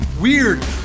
weird